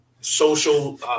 social